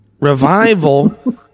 Revival